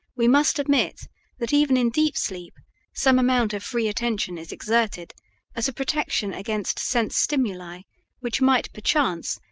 we must admit that even in deep sleep some amount of free attention is exerted as a protection against sense-stimuli which might, perchance,